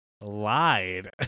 lied